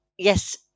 Yes